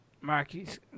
Marky's